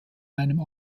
einem